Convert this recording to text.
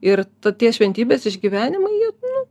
ir ta tie šventybės išgyvenimai jie nu